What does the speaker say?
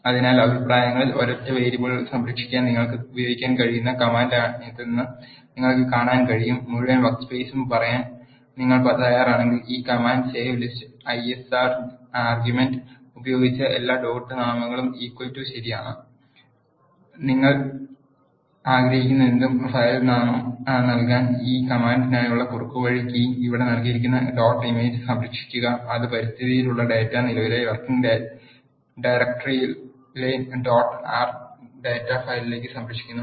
അതിനാൽ അഭിപ്രായങ്ങളിൽ ഒരൊറ്റ വേരിയബിൾ സംരക്ഷിക്കാൻ നിങ്ങൾക്ക് ഉപയോഗിക്കാൻ കഴിയുന്ന കമാൻഡാണിതെന്ന് നിങ്ങൾക്ക് കാണാൻ കഴിയും മുഴുവൻ വർക്ക് സ് പെയ് സും പറയാൻ നിങ്ങൾ തയ്യാറാണെങ്കിൽ ഈ command save list ls argument ഉപയോഗിച്ച് എല്ലാ ഡോട്ട് നാമങ്ങളും ശരിയാണ് നിങ്ങൾ ആഗ്രഹിക്കുന്നതെന്തും ഫയൽ നാമം നൽകാം ഈ കമാൻഡിനായുള്ള കുറുക്കുവഴി കീ ഇവിടെ നൽകിയിരിക്കുന്ന ഡോട്ട് ഇമേജ് സംരക്ഷിക്കുക അത് പരിസ്ഥിതിയിലെ ഡാറ്റ നിലവിലെ വർക്കിംഗ് ഡയറക്ടറിയിലെ ഡോട്ട് ആർ ഡാറ്റ ഫയലിലേക്ക് സംരക്ഷിക്കുന്നു